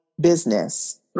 business